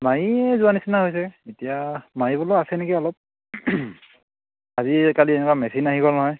মাৰিয়ে যোৱাৰ নিচিনা হৈছে এতিয়া মাৰিবলৈয়ো আছে নেকি অলপ আজিকালি এনেকুৱা মেচিন আহি গ'ল নহয়